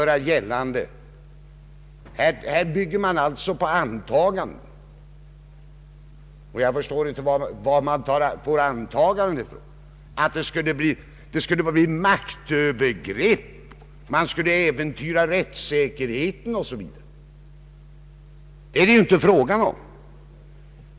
Reservanterna bygger på antaganden, och jag förstår inte varifrån man fått dessa antaganden om maktövergrepp, om äventyrande av rättssäkerheten o.s.v. Det är det inte fråga om.